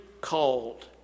called